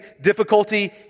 difficulty